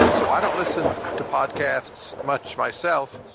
so i don't listen to podcasts much myself.